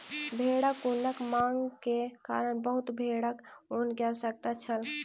भेड़ ऊनक मांग के कारण बहुत भेड़क ऊन के आवश्यकता छल